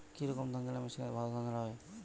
কি রকম ধানঝাড়া মেশিনে ভালো ধান ঝাড়া হয়?